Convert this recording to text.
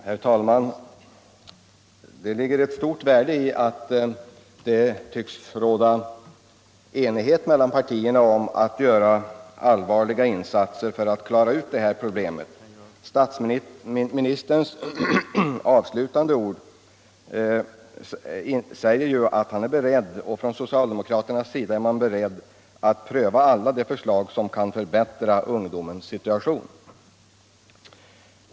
Herr talman! Det ligger ett stort värde i att det råder enighet mellan partierna om att göra allvarliga insatser för att klara ut problemen med ungdomsarbetslösheten. Statsministerns avslutande ord innebär att socialdemokraterna är beredda på att pröva de förslag som kan förbättra ungdomens situation.